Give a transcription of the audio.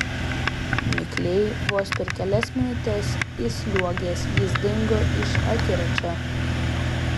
mikliai vos per kelias minutes įsliuogęs jis dingo iš akiračio